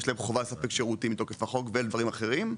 ויש להם חובה לספק שירותים מתוקף החוק ודברים אחרים.